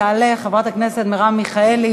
תעלה חברת הכנסת מרב מיכאלי,